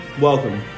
welcome